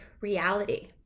reality